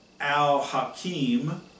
al-Hakim